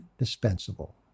indispensable